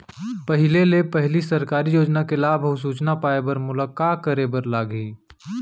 पहिले ले पहिली सरकारी योजना के लाभ अऊ सूचना पाए बर मोला का करे बर लागही?